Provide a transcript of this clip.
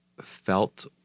Felt